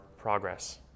progress